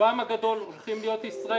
ברובן הגדול, הולכות להיות ישראליות.